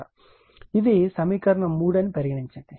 ఇది సమీకరణం 3 అని పరిగణించండి